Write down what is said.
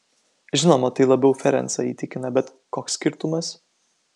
žinoma tai labiau ferencą įtikina bet koks skirtumas